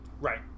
Right